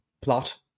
plot